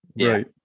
Right